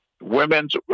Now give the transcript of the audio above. women's